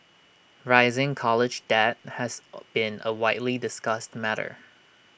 rising college debt has been A widely discussed matter